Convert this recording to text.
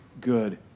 good